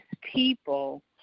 people